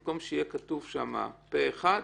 במקום שיהיה כתוב "פה אחד",